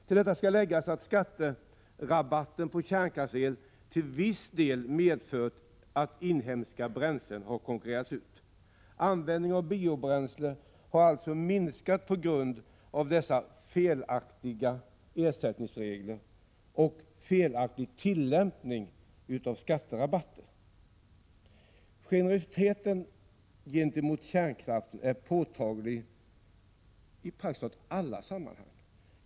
Till detta skall läggas att skatterabatten på kärnkraftsel till viss del har medfört att inhemska bränslen har konkurrerats ut. Användningen av biobränslen har alltså minskat på grund av dessa felaktiga ersättningsregler och felaktigt tillämpade skatterabatter. Generositeten gentemot kärnkraften är påtaglig i praktiskt taget alla sammanhang.